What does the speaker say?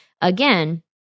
again